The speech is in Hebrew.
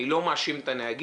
אני לא מאשים את הנהגים,